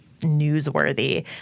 newsworthy